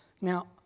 Now